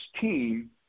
team